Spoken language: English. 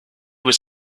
was